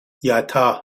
یاتا